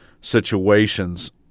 situations